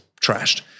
trashed